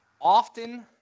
often